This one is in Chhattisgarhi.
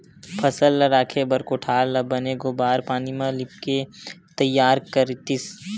फसल ल राखे बर कोठार ल बने गोबार पानी म लिपके तइयार करतिस